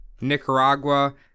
Nicaragua